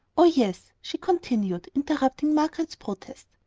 oh, yes, she continued, interrupting margaret's protest,